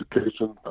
education